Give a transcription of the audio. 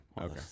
Okay